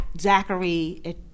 Zachary